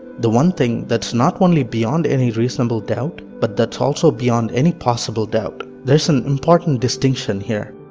the one thing that's not only beyond any reasonable doubt, but that's also beyond any possible doubt. there's an important distinction here.